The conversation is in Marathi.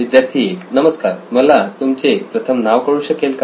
विद्यार्थी 1 नमस्कारमला तुमचे प्रथम नाव कळू शकेल का